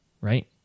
right